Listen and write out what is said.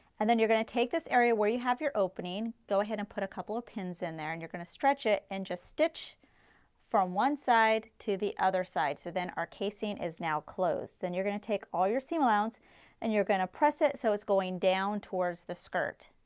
then you're going to take this area where you have your opening, go ahead and put a couple of pins in there and you're going to stretch it and just stitch from one side to the other side, so then our casing is now closed. then you're going to take all your seam allowance and you're going to press it, so it's going down towards the skirt.